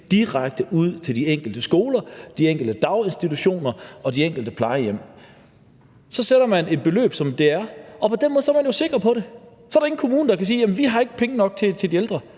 direkte ud til de enkelte skoler, de enkelte daginstitutioner og de enkelte plejehjem. Så fastsætter man et beløb, og på den måde er man jo sikker på det. Så er der ingen kommuner, der kan sige: Vi har ikke penge nok til de ældre.